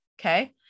Okay